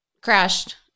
crashed